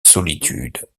solitude